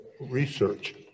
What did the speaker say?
research